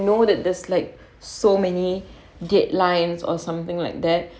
know that there's like so many deadlines or something like that